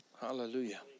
Hallelujah